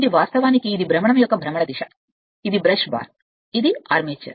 ఇది వాస్తవానికి ఇది భ్రమణం యొక్క భ్రమణ దిశ ఇది బ్రష్ బార్ ఇది ఆర్మేచర్